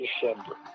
December